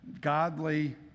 godly